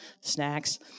Snacks